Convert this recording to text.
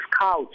couch